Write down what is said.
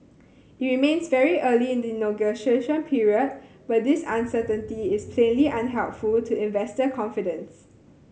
it remains very early in the negotiation period but this uncertainty is plainly unhelpful to investor confidence